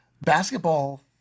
basketball